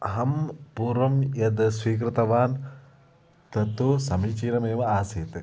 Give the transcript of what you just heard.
अहं पूर्वं यद् स्वीकृतवान् तत्तु समीचीनमेव आसीत्